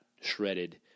shredded